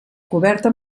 coberta